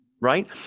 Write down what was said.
right